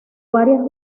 varias